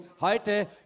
heute